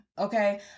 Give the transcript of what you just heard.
Okay